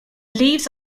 leaves